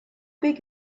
big